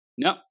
No